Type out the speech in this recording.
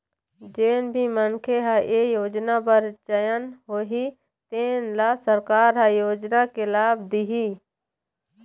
जेन भी मनखे ह ए योजना बर चयन होही तेन ल सरकार ह योजना के लाभ दिहि